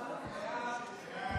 סעיף 1,